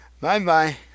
Bye-bye